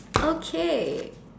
okay